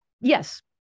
Yes